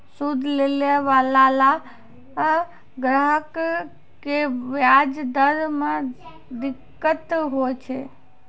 सूद लैय लाला ग्राहक क व्याज दर म दिक्कत होय छै